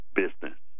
business